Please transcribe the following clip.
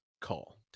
call